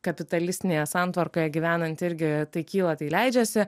kapitalistinėje santvarkoje gyvenanti irgi tai kyla tai leidžiasi